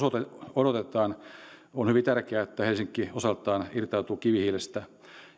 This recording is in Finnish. odotetaan on hyvin tärkeää että helsinki osaltaan irtautuu kivihiilestä